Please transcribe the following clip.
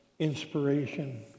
inspiration